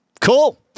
Cool